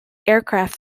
aircraft